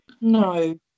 No